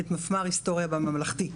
את מפמ"ר היסטוריה בממלכתי,